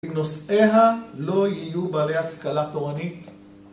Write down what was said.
אם נושאיה לא יהיו בעלי השכלה תורנית